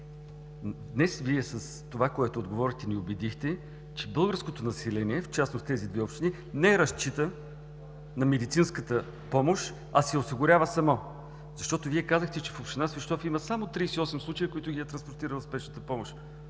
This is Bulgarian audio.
Днес Вие с това, което отговорихте, ни убедихте, че българското население, в частност тези две общини не разчитат на медицинската помощ, а си я осигуряват сами. Вие казахте, че в община Свищов има само 38 случая, при които ги е транспортирала спешната помощ.